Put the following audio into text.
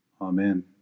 Amen